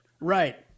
Right